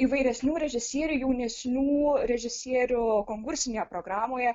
įvairesnių režisierių jaunesnių režisierių konkursinėje programoje